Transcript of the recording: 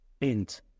int